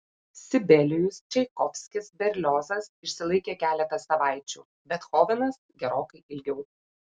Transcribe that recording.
sibelijus čaikovskis berliozas išsilaikė keletą savaičių bethovenas gerokai ilgiau